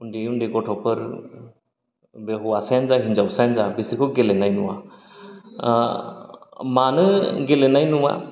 उन्दै उन्दै गथ'फोर बे हौवासायानो जा हिनजावसायानो जा बेसोरखौ गेलेनाय नुवा ओ मानो गेलेनाय नुवा